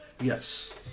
Yes